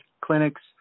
clinics